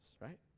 right